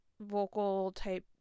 vocal-type